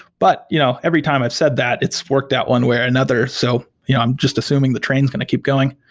but you know every time i've said that, it's worked out one way or another. so you know i'm just assuming the train is going to keep going.